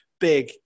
big